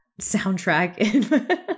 soundtrack